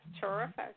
terrific